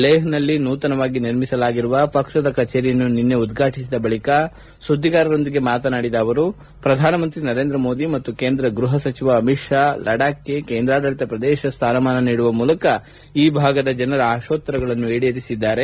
ಲೇಹ್ನಲ್ಲಿ ನೂತನವಾಗಿ ನಿರ್ಮಿಸಲಾಗಿರುವ ಪಕ್ಷದ ಕಚೇರಿಯನ್ನು ನಿನ್ನೆ ಉದ್ಘಾಟಿಬದ ಬಳಿಕ ಮಾಧ್ಯಮಗಳೊಂದಿಗೆ ಮಾತನಾಡಿದ ಅವರು ಪ್ರಧಾನಮಂತ್ರಿ ನರೇಂದ್ರ ಮೋದಿ ಮತ್ತು ಕೇಂದ್ರ ಗೃಹ ಸಚಿವ ಅಮಿತ್ ಶಾ ಲಡಾಬ್ಗೆ ಕೇಂದ್ರಾಡಳಿತ ಪ್ರದೇಶ ಸ್ಥಾನಮಾನ ನೀಡುವ ಮೂಲಕ ಈ ಭಾಗದ ಜನರ ಆಕೋತ್ತರಗಳನ್ನು ಈಡೇರಿಸಿದ್ದಾರೆ